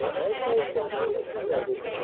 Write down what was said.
as has been previously noted,